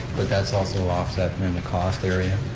but that's also offset and in the cost area.